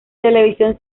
televisión